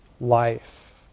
life